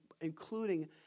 including